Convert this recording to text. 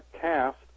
cast